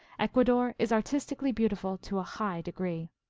ecuador is artistically beautiful to a high degree.